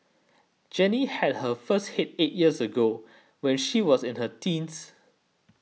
Jenny had her first hit eight years ago when she was in her teens